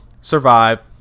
survive